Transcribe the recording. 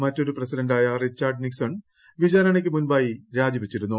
മറ്റൊരു പ്രസിഡന്റായ Richard Nixon വിചാരണയ്ക്ക് മുമ്പായി രാജിവച്ചിരുന്നു